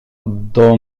dans